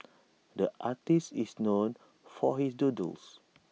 the artist is known for his doodles